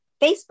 Facebook